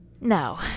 No